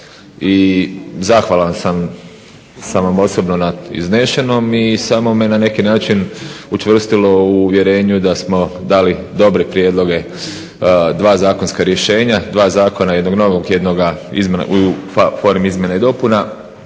i zahvalan sam vam osobno na iznesenom i samo me na neki način učvrstilo u uvjerenju da smo dali dobre prijedloge dva zakonska rješenja, dva zakona – jednog novog, jednog u formi izmjena i dopuna